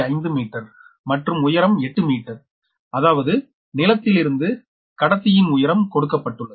5 metre மற்றும் உயரம் 8 metre அதாவது நிலத்திலிருந்து கத்தியின் உயரம் கொடுக்கப்பட்டுள்ளது